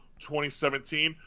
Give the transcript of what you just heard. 2017